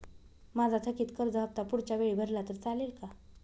माझा थकीत कर्ज हफ्ता पुढच्या वेळी भरला तर चालेल का?